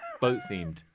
Boat-themed